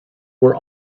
were